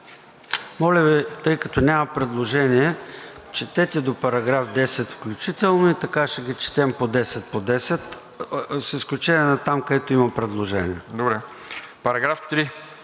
Моля Ви, тъй като няма предложения, четете до § 10 включително и така ще ги четем, по 10, по 10, с изключение там, където има предложения. ДОКЛАДЧИК